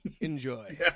Enjoy